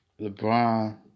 LeBron